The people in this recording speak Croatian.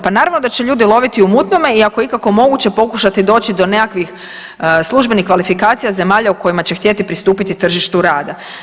Pa naravno da će ljudi loviti u mutnome i ako je ikako moguće pokušati doći do nekakvih službenih kvalifikacija zemalja u kojima će htjeti pristupiti tržištu rada.